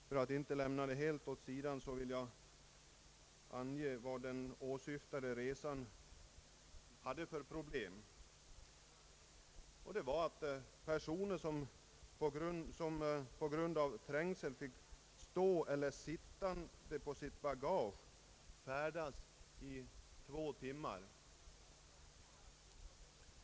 För att inte lämna denna fråga helt åsido vill jag ange vad den åsyftade resan innebar för problem. Under resan färdades personer som på grund av trängseln måste stå eller sitta på medtaget bagage under två timmar.